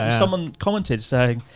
someone commented saying,